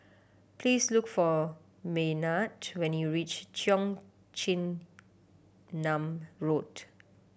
please look for Maynard when you reach Cheong Chin Nam Road